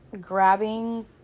grabbing